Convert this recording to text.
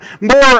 more